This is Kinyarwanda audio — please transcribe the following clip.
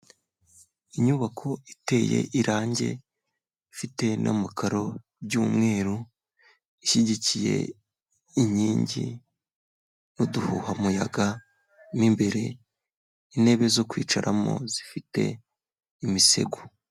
Inyubako iteye irangi, ifite n'amakaro by'umweru, ishyigikiye inkingi n'uduhuhamuyaga mo imbere, intebe zo kwicaramo zifite imisego.